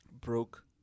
broke